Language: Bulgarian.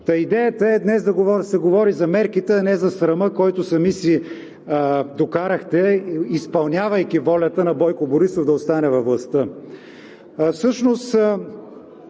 Идеята днес е да се говори за мерките, а не за срама, който сами си докарахте, изпълнявайки волята на Бойко Борисов да остане във властта.